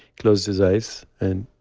closed his eyes and